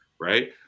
right